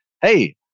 Hey